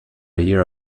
year